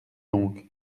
donc